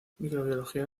microbiología